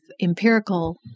empirical